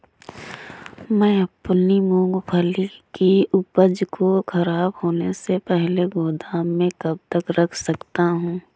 मैं अपनी मूँगफली की उपज को ख़राब होने से पहले गोदाम में कब तक रख सकता हूँ?